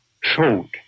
showed